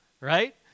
Right